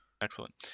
excellent